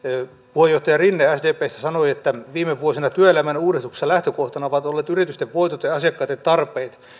puheenjohtaja rinne sdpstä sanoi että viime vuosina työelämän uudistuksissa lähtökohtana ovat olleet yritysten voitot ja ja asiakkaitten tarpeet